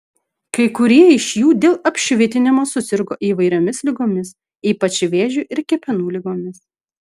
kai kurie iš jų dėl apšvitinimo susirgo įvairiomis ligomis ypač vėžiu ir kepenų ligomis